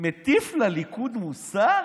ומטיף לליכוד מוסר?